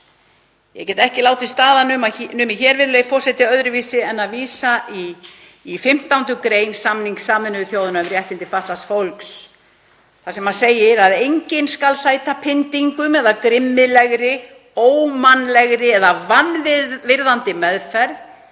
Ég get ekki látið staðar numið hér, virðulegi forseti, öðruvísi en að vísa í 15. gr. samnings Sameinuðu þjóðanna um réttindi fatlaðs fólks þar sem segir: „Enginn skal sæta pyndingum eða grimmilegri, ómannlegri eða vanvirðandi meðferð